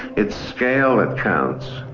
it's scale that counts.